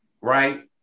right